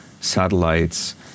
satellites